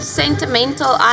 sentimental